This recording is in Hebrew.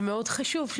זה מאוד חשוב.